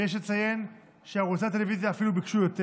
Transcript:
ויש לציין שערוצי הטלוויזיה אפילו ביקשו יותר